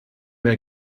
mehr